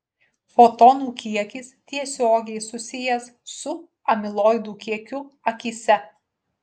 fotonų kiekis tiesiogiai susijęs su amiloidų kiekiu akyse